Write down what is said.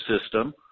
system